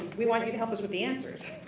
we want you to help us with the answers.